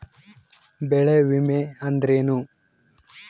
ಬೆಳೆ ವಿಮೆ ಅಂದರೇನು?